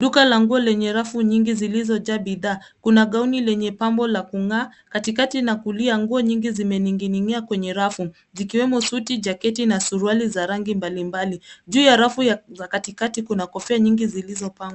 Duka la nguo lenye rafu nyingi zilizojaa bidhaa. Kuna gauni lenye pambo la kung'aa, katikati na kulia nguo nyingi zimening'inia kwenye rafu zikiwemo suti jaketi na suruali za rangi mbalimbali. Juu ya rafu za katikati kuna kofia nyingi zilizopangwa.